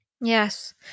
Yes